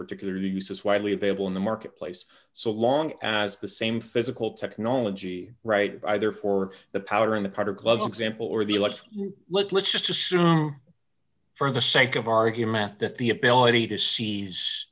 particular use is widely available in the marketplace so long as the same physical technology right either for the powder in the part of gloves example or the let's let's just assume for the sake of argument that the ability to see